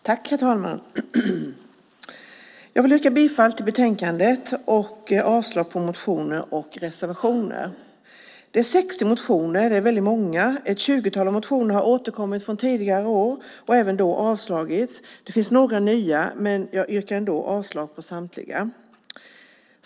Herr talman! Jag yrkar bifall till utskottets förslag i betänkandet och avslag på motioner och reservationer. Det är 60 motioner - väldigt många. Ett tjugotal av motionerna har återkommit från tidigare år. De har även då avslagits. Det finns också några nya motioner. Jag yrkar avslag på samtliga motioner.